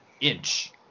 inch